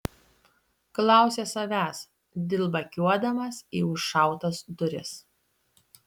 klausė savęs dilbakiuodamas į užšautas duris